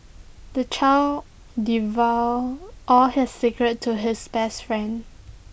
the child divulged all his secrets to his best friend